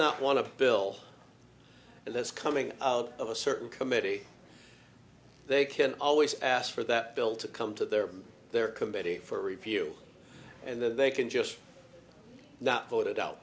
not want to bill that's coming out of a certain committee they can always ask for that bill to come to their their committee for review and then they can just not voted out